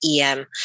EM